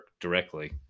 directly